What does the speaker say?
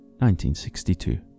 1962